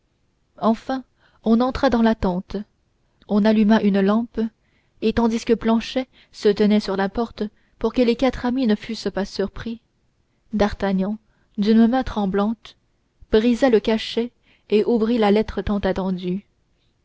enfin on entra dans la tente on alluma une lampe et tandis que planchet se tenait sur la porte pour que les quatre amis ne fussent pas surpris d'artagnan d'une main tremblante brisa le cachet et ouvrit la lettre